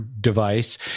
device